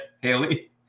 Haley